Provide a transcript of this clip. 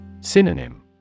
Synonym